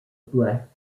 black